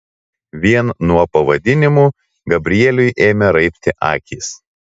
vien nuo pavadinimų gabrieliui ėmė raibti akys